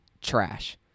trash